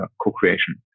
co-creation